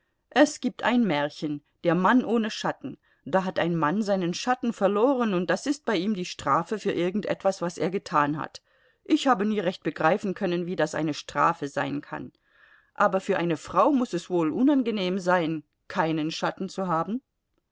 es gibt ein märchen der mann ohne schatten da hat ein mann seinen schatten verloren und das ist bei ihm die strafe für irgend etwas was er getan hat ich habe nie recht begreifen können wie das eine strafe sein kann aber für eine frau muß es wohl unangenehm sein keinen schatten zu haben